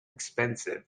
expensive